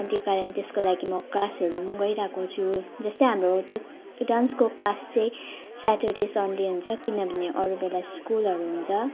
अनि त्यो कारण त्यसको लागि म क्लासहरू पनि गइरहेको छु जस्तो हाम्रो त्यो डान्सको क्लास चाहिँ स्याटर्डे सन्डे हुन्छ किनभने अरूबेला स्कुलहरू हुन्छ